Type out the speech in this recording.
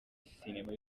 sinema